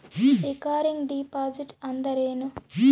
Recurring deposit ಅಂದರೇನು?